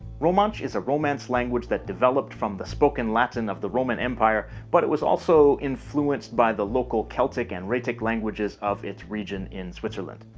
romansh is a romance language that developed from the spoken latin of the roman empire. but it was also influenced by the local celtic and raetic languages of its region in switzerland.